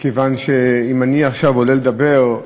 מכיוון שאם אני עכשיו עולה לדבר,